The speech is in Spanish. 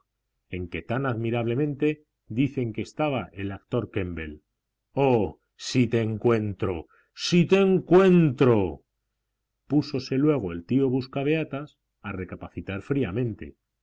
en que tan admirable dicen que estaba el actor kemble oh si te encuentro si te encuentro púsose luego el tío buscabeatas a recapacitar fríamente